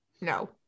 no